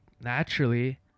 naturally